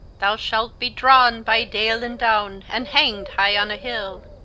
thou shalt be drawen by dale and downe, and hanged hye on a hill.